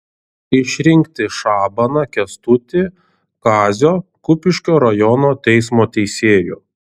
išrinkti šabaną kęstutį kazio kupiškio rajono teismo teisėju